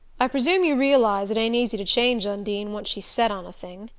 i presume you realize it ain't easy to change undine, once she's set on a thing.